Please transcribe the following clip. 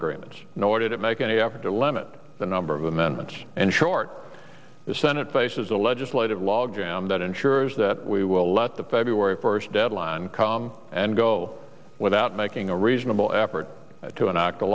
agreement nor did it make any effort to limit the number of amendments and short the senate faces a legislative log jam that ensures that we will let the february first deadline come and go without making a reasonable effort to enact a